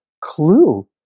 clue